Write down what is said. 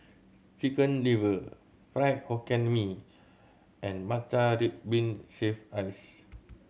Chicken Liver Fried Hokkien Mee and matcha red bean shaved ice